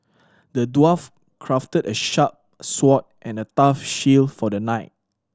the dwarf crafted a sharp sword and a tough shield for the knight